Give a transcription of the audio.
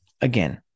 again